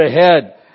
ahead